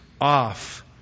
off